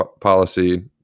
policy